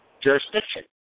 jurisdiction